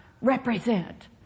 represent